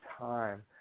time